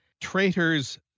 traitors